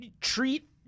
treat